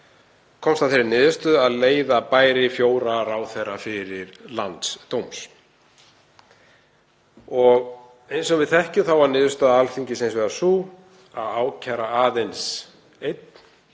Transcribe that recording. komst að þeirri niðurstöðu að leiða bæri fjóra ráðherra fyrir landsdóm. Eins og við þekkjum varð niðurstaða Alþingis hins vegar sú að ákæra aðeins einn,